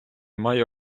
має